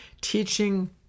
teaching